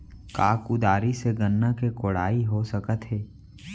का कुदारी से गन्ना के कोड़ाई हो सकत हे?